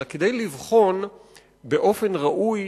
אלא כדי לבחון באופן ראוי